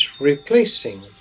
replacing